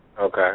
Okay